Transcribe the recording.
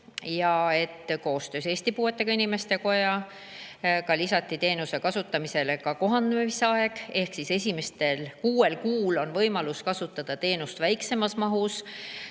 kuus. Koostöös Eesti Puuetega Inimeste Kojaga lisati teenuse kasutamise puhul kohanemise aeg, esimesel kuuel kuul on võimalus kasutada teenust väiksemas mahus.